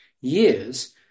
years